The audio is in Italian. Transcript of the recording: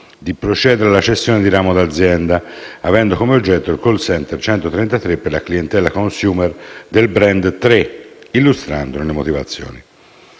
di procedere alla cessione di ramo d'azienda, avendo come oggetto il *call center* 133 per la clientela *consumer* del *brand* Tre, illustrandone le motivazioni.